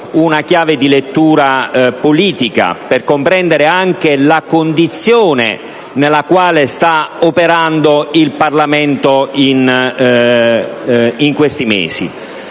una chiave di lettura politica per comprendere la condizione nella quale sta operando il Parlamento in questi mesi.